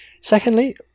Secondly